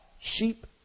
sheep